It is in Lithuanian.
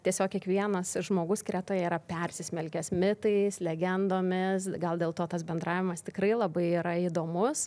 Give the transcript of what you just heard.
tiesiog kiekvienas žmogus kretoje yra persismelkęs mitais legendomis gal dėl to tas bendravimas tikrai labai yra įdomus